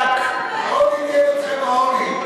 העוני, אתכם, העוני.